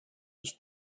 was